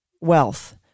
wealth